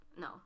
no